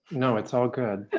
no. it's all good.